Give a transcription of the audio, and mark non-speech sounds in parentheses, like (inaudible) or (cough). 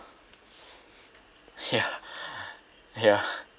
ya (laughs) ya (laughs)